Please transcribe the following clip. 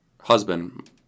husband